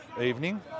evening